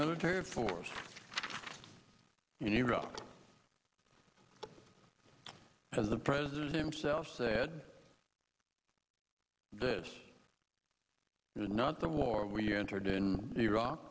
military force in iraq because the president himself said this is not the war we entered in iraq